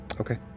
Okay